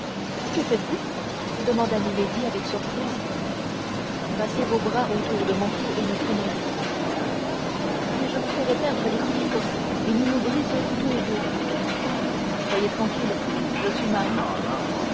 que faites-vous demanda milady avec surprise passez vos bras autour de mon cou et ne craignez rien mais je vous ferai perdre l'équilibre et nous nous briserons tous les deux soyez tranquille je suis marin